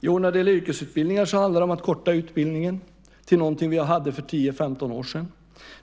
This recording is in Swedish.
Jo, när det gäller yrkesutbildningarna handlar det om att korta utbildningen till någonting vi hade för 10-15 år sedan.